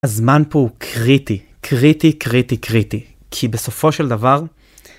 הזמן פה הוא קריטי. קריטי, קריטי, קריטי. כי בסופו של דבר...